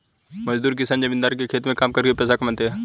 मजदूर किसान जमींदार के खेत में काम करके पैसा कमाते है